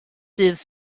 dydd